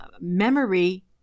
memory